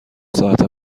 ساعت